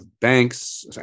banks